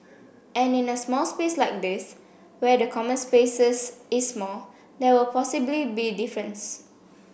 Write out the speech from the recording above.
and in a small space like this where the common spaces is small there will possibly be difference